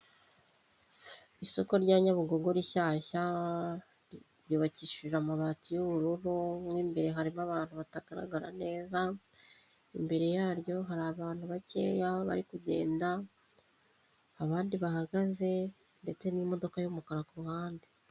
Isoko rya Nyabugogo rishyashya ry'ubakishije amabati y'ubururu mu imbere harimo abantu batagaragara neza, imbere yaryo hari abantu bakeya bari kugenda abandi bahagaze ndetse n'imodoka y'umukara ku ruhande.